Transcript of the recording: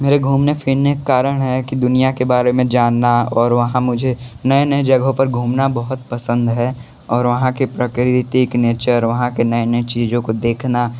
मेरे घूमने फिरने के कारण है कि दुनिया के बारे में जानना और वहाँ मुझे नए नए जगहों पर घूमना बहुत पसंद है और वहाँ की प्रकृति के नेचर वहाँ के नए नए चीज़ों को देखना